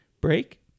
break